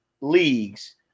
leagues